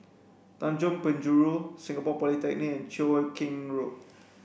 Tanjong Penjuru Singapore Polytechnic and Cheow Keng Road